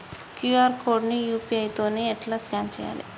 QR code ని UPI తోని ఎట్లా స్కాన్ చేయాలి?